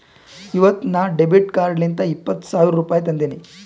ಇವತ್ ನಾ ಡೆಬಿಟ್ ಕಾರ್ಡ್ಲಿಂತ್ ಇಪ್ಪತ್ ಸಾವಿರ ರುಪಾಯಿ ತಂದಿನಿ